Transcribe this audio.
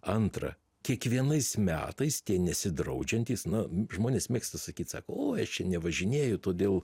antra kiekvienais metais tie nesidraudžiantys na žmonės mėgsta sakyt sako oi aš čia nevažinėju todėl